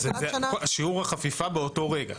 זה שיעור החפיפה באותו רגע.